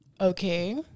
Okay